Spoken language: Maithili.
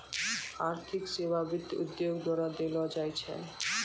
आर्थिक सेबा वित्त उद्योगो द्वारा देलो जाय छै